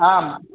आम्